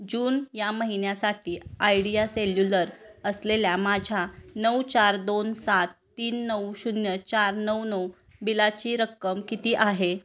जून या महिन्यासाठी Idea Cellular असलेल्या माझ्या नऊ चार दोन सात तीन नऊ शून्य चार नऊ नऊ बिलाची रक्कम किती आहे